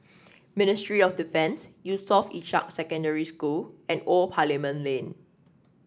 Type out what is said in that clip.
Ministry of Defence Yusof Ishak Secondary School and Old Parliament Lane